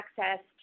access